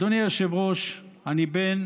אדוני היושב-ראש, אני בן